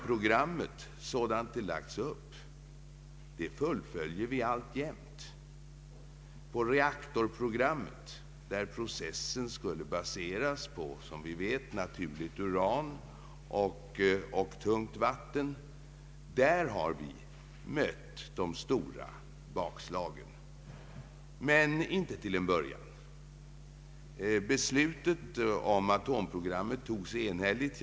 Programmet, sådant det lagts upp, fullföljer vi alltjämt. I reaktorprogrammet, där processen, som vi vet, skulle baseras på naturligt uran och tungt vatten, har vi mött de stora bakslagen. Men inte till en början. Beslutet om atomprogrammet togs enhälligt.